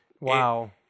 wow